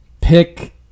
pick